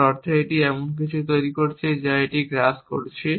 যার অর্থ এটি এমন কিছু তৈরি করছে যা এটি গ্রাস করছে